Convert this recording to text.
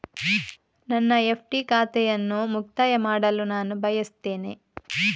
ನನ್ನ ಎಫ್.ಡಿ ಖಾತೆಯನ್ನು ಮುಕ್ತಾಯ ಮಾಡಲು ನಾನು ಬಯಸ್ತೆನೆ